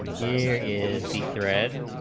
is the thread